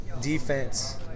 defense